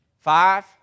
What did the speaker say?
Five